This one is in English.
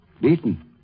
Beaten